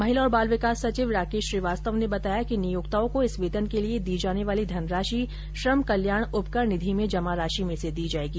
महिला और बाल विकास सचिव राकेश श्रीवास्तव ने बताया कि नियोक्ताओं को इस वेतन के लिए दी जाने वाली धनराशि श्रम कल्याण उपकर निधि में जमा राशि में से दी जायेगी